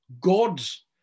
God's